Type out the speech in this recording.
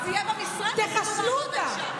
תחסלו אותה.